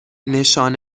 نشان